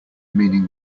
meaning